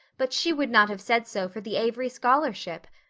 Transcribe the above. but she would not have said so for the avery scholarship.